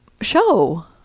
show